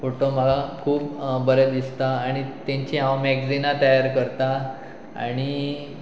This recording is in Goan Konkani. फोटो म्हाका खूब बरें दिसता आनी तेंची हांव मॅगजिनां तयार करता आनी